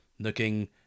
looking